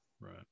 right